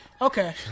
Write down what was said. Okay